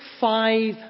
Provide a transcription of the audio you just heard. five